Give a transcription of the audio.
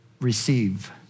receive